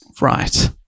Right